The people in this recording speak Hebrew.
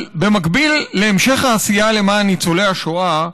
אבל במקביל להמשך העשייה למען ניצולי השואה,